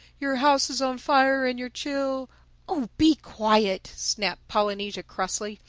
your house is on fire and your chil oh, be quiet! snapped polynesia crossly.